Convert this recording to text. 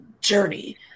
journey